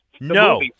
No